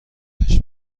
تشبیه